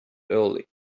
early